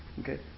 Okay